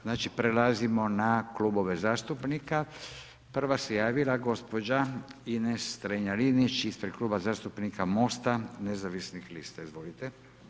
Znači prelazimo na klubove zastupnika, prva se javila gospođa Ines Strenja-Linić ispred Kluba zastupnika MOST-a nezavisnih lista, izvolite.